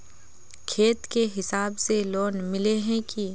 खेत के हिसाब से लोन मिले है की?